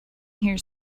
here